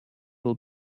will